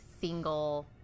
single